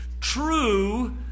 true